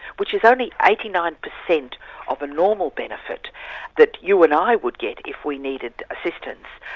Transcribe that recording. which is only eighty nine percent of a normal benefit that you and i would get if we needed assistance.